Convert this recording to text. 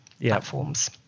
platforms